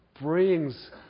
brings